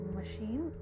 machine